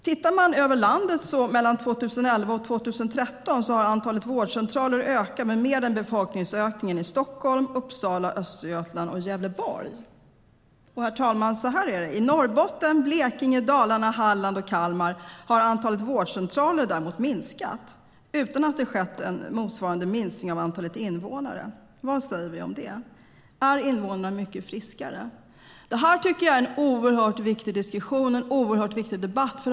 Tittar man över landet för 2011-2013 har antalet vårdcentraler ökat med mer än befolkningsökningen i Stockholm, Uppsala, Östergötland och Gävleborg. I Norrbotten, Blekinge, Dalarna, Halland och Kalmar har antalet vårdcentraler däremot minskat utan att det skett en motsvarande minskning av antalet invånare. Vad säger vi om det? Är invånarna mycket friskare? Detta är en oerhört viktig diskussion och en oerhört viktig debatt.